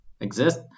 exist